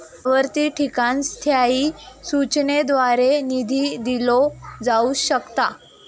आवर्ती ठेवींका स्थायी सूचनांद्वारे निधी दिलो जाऊ शकता